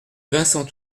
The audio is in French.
vincent